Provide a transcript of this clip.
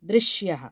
दृश्यः